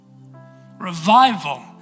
Revival